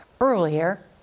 earlier